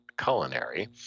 culinary